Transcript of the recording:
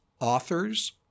authors